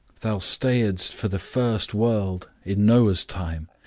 thou stayedst for the first world, in noah's time,